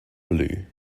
blue